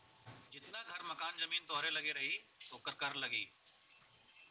जितना घर मकान जमीन तोहरे लग्गे रही ओकर कर लगी